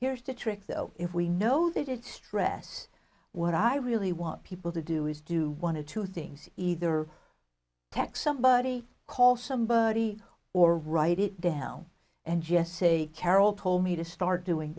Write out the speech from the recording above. here's the trick though if we know they did stress what i really want people to do is do one or two things either tack somebody call somebody or write it down and just say carol told me to start doing